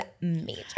major